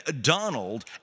Donald